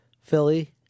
Philly